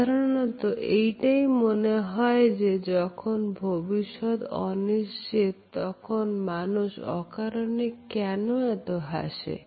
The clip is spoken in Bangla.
সাধারণত এইটাই মনে হয় যখন ভবিষ্যৎ অনিশ্চিত তখন মানুষ অকারনে কেন এত হাসে